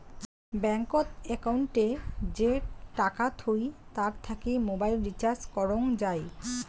ব্যাঙ্কত একউন্টে যে টাকা থুই তার থাকি মোবাইল রিচার্জ করং যাই